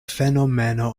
fenomeno